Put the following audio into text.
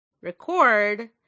record